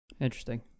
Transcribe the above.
Interesting